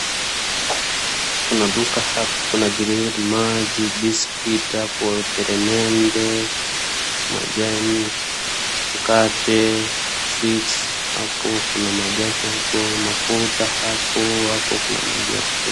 Kuna duka hapa, kuna maji, biscuits hapo na peremende, majani, mkate, sweets ,apo kuna majani apo, mafuta hapo, hapo kuna maji ya kunywa.